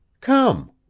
Come